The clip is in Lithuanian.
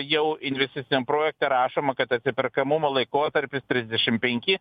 jau investiciniam projekte rašoma kad atsiperkamumo laikotarpis trisdešim penki